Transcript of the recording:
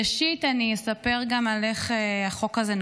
ראשית, אני אספר גם על איך החוק הזה נולד.